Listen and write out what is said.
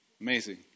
amazing